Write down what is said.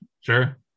Sure